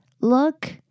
look